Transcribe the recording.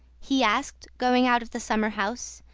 he asked, going out of the summer-house,